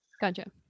Gotcha